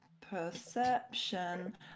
Perception